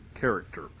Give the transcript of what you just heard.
character